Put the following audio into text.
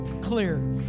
clear